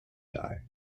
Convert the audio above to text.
die